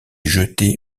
jeté